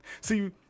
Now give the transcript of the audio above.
See